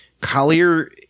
Collier